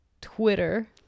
twitter